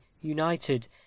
united